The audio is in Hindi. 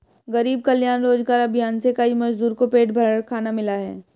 गरीब कल्याण रोजगार अभियान से कई मजदूर को पेट भर खाना मिला है